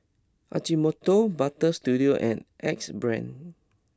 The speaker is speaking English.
Ajinomoto Butter Studio and Axe Brand